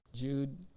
Jude